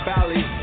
Valley